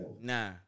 Nah